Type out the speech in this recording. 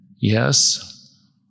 Yes